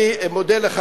אני מודה לך,